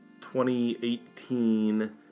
2018